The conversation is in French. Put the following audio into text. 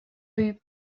rue